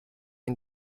and